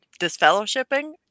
disfellowshipping